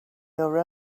your